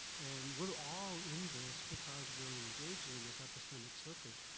and we're all in this because we're engaging in this epistemic slippage.